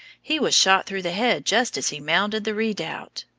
he was shot through the head just as he mounted the redoubt.